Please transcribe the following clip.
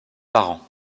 parents